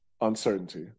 uncertainty